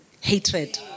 hatred